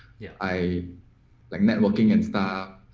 yeah i like networking and stuff.